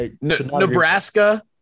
Nebraska